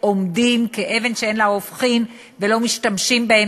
עומדים כאבן שאין לה הופכין ולא משתמשים בהם,